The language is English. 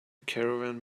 caravan